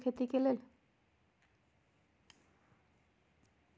हम कोन कोन सरकारी योजना के लाभ उठा सकली ह खेती के लेल?